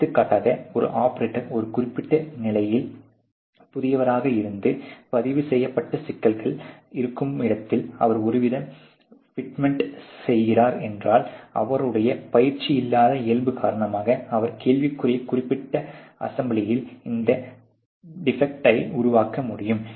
எடுத்துக்காட்டாக ஒரு ஆபரேட்டர் ஒரு குறிப்பிட்ட நிலையத்தில் புதியவராக இருந்து பதிவுசெய்யப்பட்ட சிக்கல் இருக்கும் இடத்தில் அவர் ஒருவித ஃபிட்மென்ட்டைச் செய்கிறார் என்றால் அவருடைய பயிற்சியில்லாத இயல்பு காரணமாக அவர் கேள்விக்குரிய குறிப்பிட்ட அசெம்பிலியில் இந்தக் டிபெக்ட்டை உருவாக்க முடியும்